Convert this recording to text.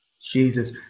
Jesus